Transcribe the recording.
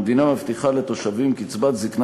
המדינה מבטיחה לתושבים קצבת זיקנה